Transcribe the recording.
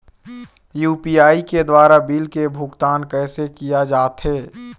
UPI के द्वारा bill के भुगतान कैसे किया जाथे?